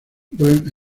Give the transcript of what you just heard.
bernd